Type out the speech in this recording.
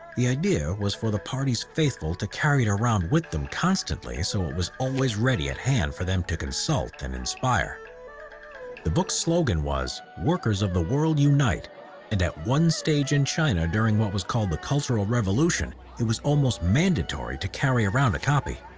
the idea was for the party's faithful to carry it around with them constantly so it was always ready at hand for them to consult and inspire the book slogan was workers of the world unite and at one stage in china during what was called the cultural revolution it was almost mandatory to carry around a copy